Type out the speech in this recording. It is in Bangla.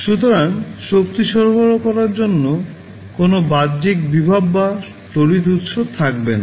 সুতরাং শক্তি সরবরাহ করার জন্য কোনও বাহ্যিক ভোল্টেজ বা তড়িৎ উৎস থাকবে না